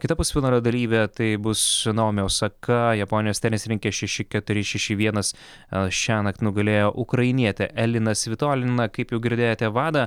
kita pusfinalio dalyvė tai bus naomi osaka japonijos tenisininkė šeši keturi šeši vienas šiąnakt nugalėjo ukrainietę eliną svitoliną kaip jau girdėjote wada